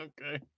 Okay